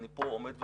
אני פה עומד ומצהיר,